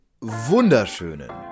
wunderschönen